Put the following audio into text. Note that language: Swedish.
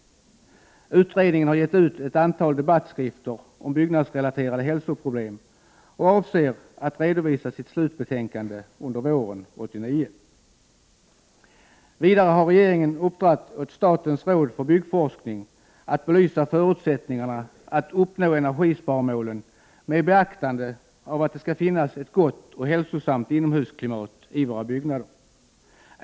Utredningen har gett ut ett antal debattskrifter om byggnadsrelaterade hälsoproblem och avser att redovisa sitt slutbetänkande under våren 1989. Vidare har regeringen uppdragit åt statens råd för byggforskning att belysa förutsättningarna att uppnå energisparmålen med beaktande av att det skall finnas ett gott och hälsosamt inomhusklimat i våra byggnader.